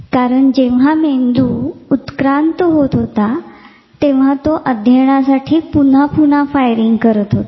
कारण जेंव्हा मेंदू जेंव्हा उत्क्रांत होत होता तेंव्हा तो अध्ययनासाठी पुन्हा पुन्हा फायरिंग करत होता